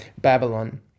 Babylon